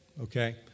okay